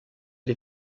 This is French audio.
les